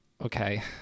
Okay